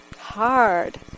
hard